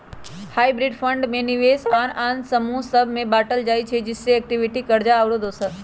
hybrid fund में निवेश आन आन समूह सभ में बाटल होइ छइ जइसे इक्विटी, कर्जा आउरो दोसर